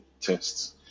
tests